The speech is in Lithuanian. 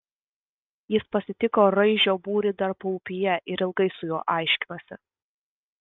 jis pasitiko raižio būrį dar paupyje ir ilgai su juo aiškinosi